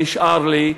שנשאר לי,